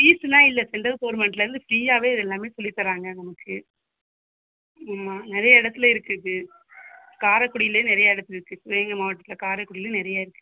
ஃபீஸெலாம் இல்லை சென்ட்ரல் கவுர்ன்மெண்ட்லிருந்து ஃப்ரீயாகவே எல்லாமே சொல்லித் தராங்க நமக்கு ஆமாம் நிறைய இடத்துல இருக்குது இது காரைக்குடியிலையே நிறைய இடத்துல இருக்குது எங்கள் மாவட்டத்தில் காரைக்குடியில் நிறைய இருக்குது